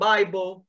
Bible